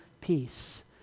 peace